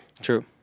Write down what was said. True